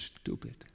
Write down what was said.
stupid